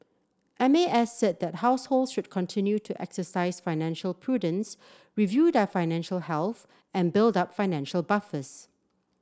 M A S said that households should continue to exercise financial prudence review their financial health and build up financial buffers